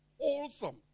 Wholesome